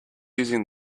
using